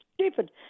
stupid